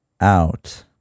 out